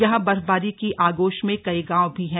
यहां बर्फबारी की आगोश में कई गांव भी हैं